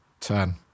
turn